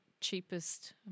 cheapest